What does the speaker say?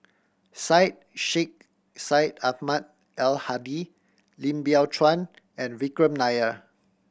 Syed Sheikh Syed Ahmad Al Hadi Lim Biow Chuan and Vikram Nair